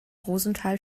rosenthal